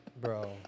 bro